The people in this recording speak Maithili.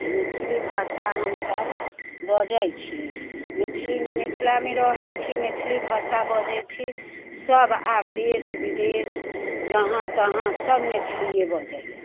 मैथिली भाषा हमसब बजै छी मैथिली मिथिलामे रहै छी मैथिली भाषा बजै छी सब आब देश विदेश जहाँ तहाँ सब मैथिलिये बजैय